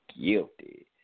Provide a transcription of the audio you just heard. guilty